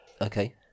Okay